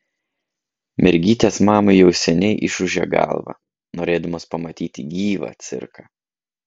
mergytės mamai jau seniai išūžė galvą norėdamos pamatyti gyvą cirką